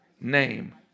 name